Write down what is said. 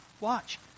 Watch